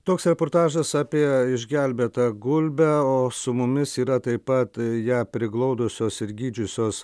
toks reportažas apie išgelbėtą gulbę o su mumis yra taip pat ją priglaudusios ir gydžiusios